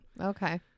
Okay